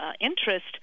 interest